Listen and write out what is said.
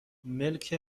ملک